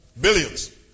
Billions